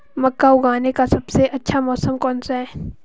मक्का उगाने का सबसे अच्छा मौसम कौनसा है?